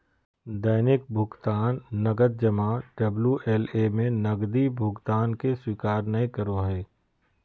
दैनिक भुकतान नकद जमा डबल्यू.एल.ए में नकदी जमा के स्वीकार नय करो हइ